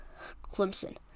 Clemson